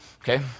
Okay